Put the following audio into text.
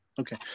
Okay